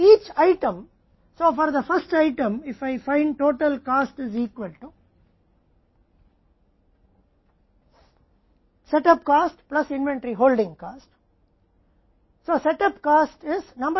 इसलिए प्रत्येक आइटम के लिए इसलिए पहले आइटम के लिए अगर मुझे कुल लागत लगती है तो सेट लागत और इन्वेंट्री होल्डिंग लागत के बराबर है